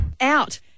Out